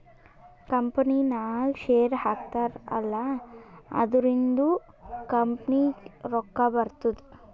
ಕಂಪನಿನಾಗ್ ಶೇರ್ ಹಾಕ್ತಾರ್ ಅಲ್ಲಾ ಅದುರಿಂದ್ನು ಕಂಪನಿಗ್ ರೊಕ್ಕಾ ಬರ್ತುದ್